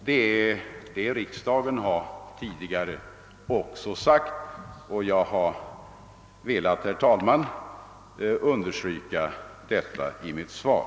Detta är vad riksdagen tidigare har uttalat, och jag har velat understryka detta i mitt svar.